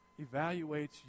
evaluates